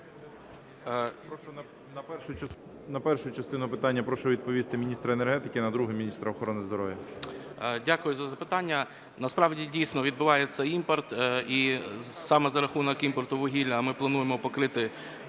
На першу частину питання прошу відповісти міністра енергетики, а на друге міністра охорони здоров'я. 11:12:55 ГАЛУЩЕНКО Г.В. Дякую за запитання. Насправді, дійсно, відбувається імпорт, і саме за рахунок імпорту вугілля ми плануємо покрити